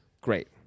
Great